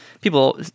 people